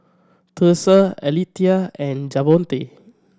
Thursa Alethea and Javonte